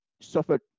suffered